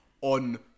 on